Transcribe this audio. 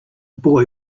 boy